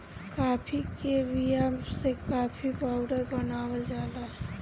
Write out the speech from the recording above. काफी के बिया से काफी पाउडर बनावल जाला